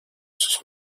sus